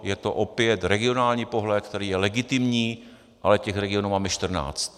Je to opět regionální pohled, který je legitimní, ale těch regionů máme 14.